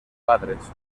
padres